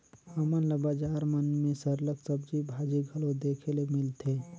हमन ल बजार मन में सरलग सब्जी भाजी घलो देखे ले मिलथे